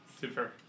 Super